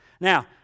Now